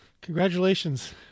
congratulations